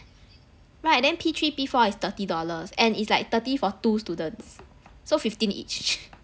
right and then P three P four is thirty dollars and it's like thirty for two students so fifteen each